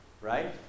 right